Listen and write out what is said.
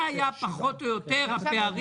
זה היה פחות או יותר הפערים,